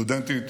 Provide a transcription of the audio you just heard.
סטודנטית